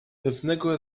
pewnego